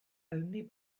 only